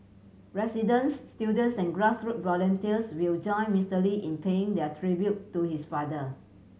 residents students and grassroot volunteers will join Mister Lee in paying their tribute to his father